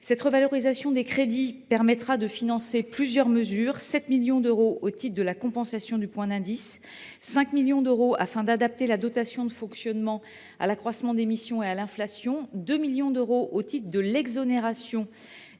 La revalorisation des crédits permettra de financer plusieurs mesures : 7 millions d’euros au titre de la compensation du point d’indice ; 5 millions d’euros afin d’adapter la dotation de fonctionnement à l’accroissement des missions et à l’inflation ; 2 millions d’euros au titre de l’exonération